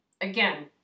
Again